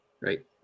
right